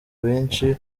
benshi